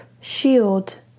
shield